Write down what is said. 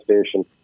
Station